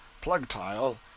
plug-tile